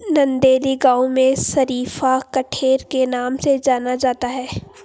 नंदेली गांव में शरीफा कठेर के नाम से जाना जाता है